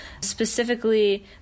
Specifically